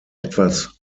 etwas